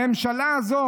בממשלה הזו,